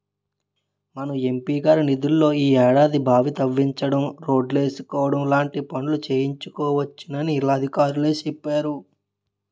మన ఎం.పి గారి నిధుల్లో ఈ ఏడాది బావి తవ్వించడం, రోడ్లేసుకోవడం లాంటి పనులు చేసుకోవచ్చునని అధికారులే చెప్పేరు